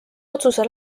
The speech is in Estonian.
otsuse